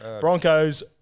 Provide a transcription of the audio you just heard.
Broncos